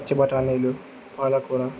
పచ్చి బఠానీలు పాలకూర